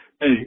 Hey